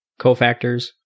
cofactors